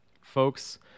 Folks